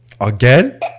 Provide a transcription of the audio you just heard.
Again